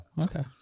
Okay